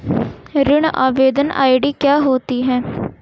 ऋण आवेदन आई.डी क्या होती है?